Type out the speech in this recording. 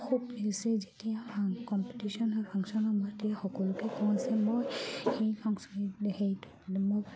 খুব বেছি যেতিয়া কম্পিটিশ্যন হয় ফাংচন হয় মই তেতিয়া সকলোকে কোৱা হৈছে মই সেই ফাংচন হেৰিটো মানে মই